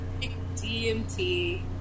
dmt